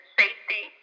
safety